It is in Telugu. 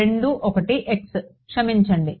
2 1 x క్షమించండి